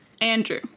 Andrew